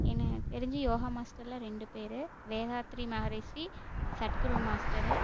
எனக்கு தெரிஞ்சு யோகா மாஸ்டரில் ரெண்டு பேர் வேதாத்ரி மகரிஷி சத்குரு மாஸ்டரு